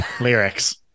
lyrics